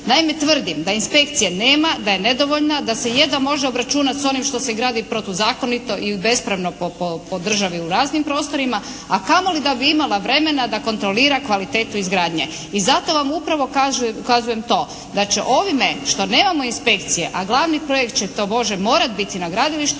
Naime tvrdim da inspekcije nema, da je nedovoljna, da se jedva može obračunati s onim što se gradi protuzakonito ili bespravno po državi u raznim prostorima, a kamoli da bi imala vremena da kontrolira kvalitetu izgradnje. I zato vam upravo kažem, kazujem to da će ovime što nemamo inspekcije, a glavni projekt će tobože morati biti na gradilištu